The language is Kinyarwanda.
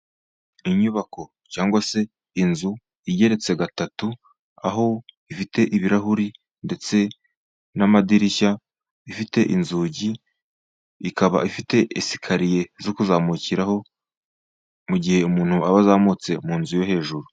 Inyubako cyangwa se inzu igeretse gatatu, aho ifite ibirahuri ndetse n'amadirishya. Ifite inzugi ikaba ifite esikariye zo kuzamukiraho, mu gihe umuntu aba azamutse mu nzu yo hejuru.